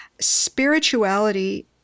spirituality